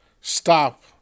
stop